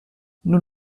nous